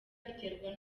biterwa